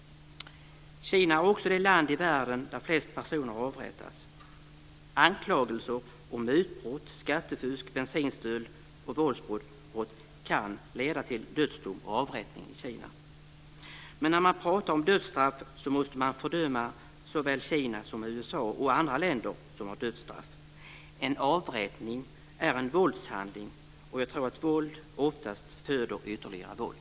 Kina är också det land i världen där flest personer avrättas. Anklagelser om mutbrott, skattefusk, bensinstölder och våldsbrott kan leda till dödsdom och avrättning i Kina. Men när man pratar om dödsstraff måste man fördöma såväl Kina som USA och andra länder som har dödsstraff. En avrättning är en våldshandling, och jag tror att våld oftast föder ytterligare våld.